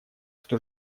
что